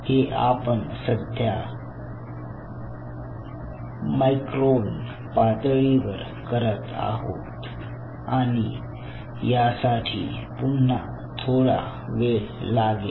हे आपण सध्या मायक्रोन पातळीवर करत आहोत आणि यासाठी पुन्हा थोडा वेळ लागेल